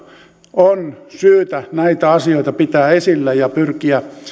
on syytä näitä asioita pitää esillä ja pyrkiä